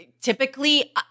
typically